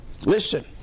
listen